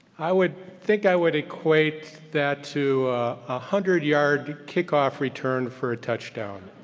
i would think i would equate that to a hundred yard kickoff return for a touchdown,